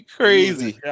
crazy